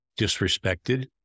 disrespected